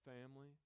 family